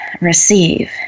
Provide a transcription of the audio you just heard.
receive